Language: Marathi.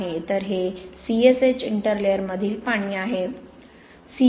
तर हे CSH इंटरलेअरमधील पाणी आहे